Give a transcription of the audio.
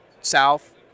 south